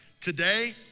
Today